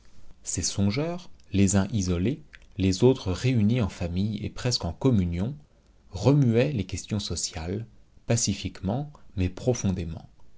ces songeurs les uns isolés les autres réunis en familles et presque en communions remuaient les questions sociales pacifiquement mais profondément